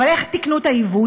אבל איך תיקנו את העיוות?